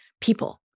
people